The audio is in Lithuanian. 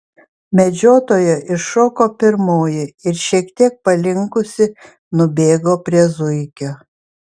medžiotoja iššoko pirmoji ir šiek tiek palinkusi nubėgo prie zuikio